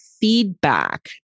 feedback